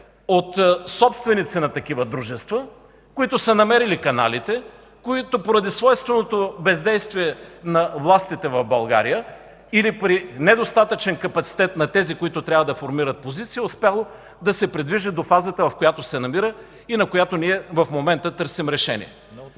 от собственици на такива дружества, които са намерили каналите, и поради свойственото бездействие на властите в България или при недостатъчен капацитет на тези, които трябва да формират позиция, е успяло да се придвижи до фазата, в която се намира и на която ние в момента търсим решение.